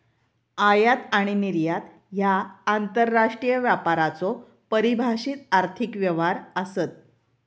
आयात आणि निर्यात ह्या आंतरराष्ट्रीय व्यापाराचो परिभाषित आर्थिक व्यवहार आसत